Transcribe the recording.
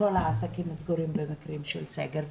כל העסקים סגורים במקרה של סגר,